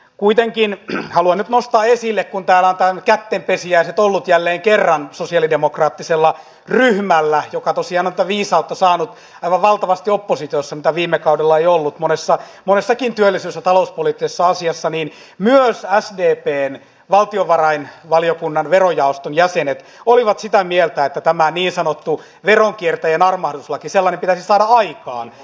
kuitenkin haluan nyt nostaa esille kun täällä ovat tällaiset kättenpesijäiset olleet jälleen kerran sosialidemokraattisella ryhmällä joka tosiaan on tätä viisautta saanut aivan valtavasti oppositiossa mitä viime kaudella ei ollut monessakaan työllisyys ja talouspoliittisessa asiassa niin joissa hän ei tee että myös sdpn valtiovarainvaliokunnan verojaoston jäsenet olivat sitä mieltä että tämä niin sanottu veronkiertäjän armahduslaki pitäisi saada aikaan